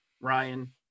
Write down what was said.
Ryan